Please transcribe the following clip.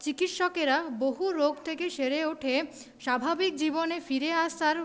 চিকিৎসকেরা বহু রোগ থেকে সেরে উঠে স্বাভাবিক জীবনে ফিরে আসার